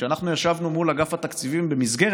כשאנחנו ישבנו מול אגף התקציבים במסגרת